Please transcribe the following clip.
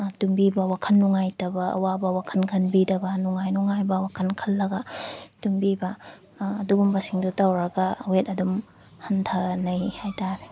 ꯇꯨꯝꯕꯤꯕ ꯋꯥꯈꯜ ꯅꯨꯡꯉꯥꯏꯇꯕ ꯑꯋꯥꯕ ꯋꯥꯈꯜ ꯈꯟꯕꯤꯗꯕ ꯅꯨꯡꯉꯥꯏ ꯅꯨꯡꯉꯥꯏꯕ ꯋꯥꯈꯜ ꯈꯜꯂꯒ ꯇꯨꯝꯕꯤꯕ ꯑꯗꯨꯒꯨꯝꯕꯁꯤꯡꯗꯣ ꯇꯧꯔꯒ ꯋꯦꯠ ꯑꯗꯨꯝ ꯍꯟꯊꯅꯩ ꯍꯥꯏꯇꯥꯔꯦ